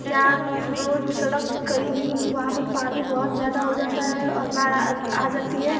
या रोड सड़क कहीं भी वहाँ पर पानी बहुत ज़्यादा हो जाता है और बाढ़ आ जाती है